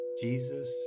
Jesus